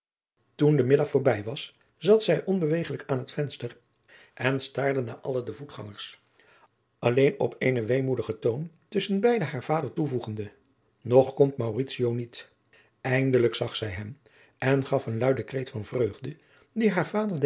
toen de middag voorbij was zat zij onbewegelijk aan het venster en staarde naar alle de voetgangers alleen op eenen adriaan loosjes pzn het leven van maurits lijnslager weemoedigen toon tusschen beide haar vader toevoegende nog komt mauritio niet eindelijk zag zij hem en gaf een luiden kreet van vreugde die haar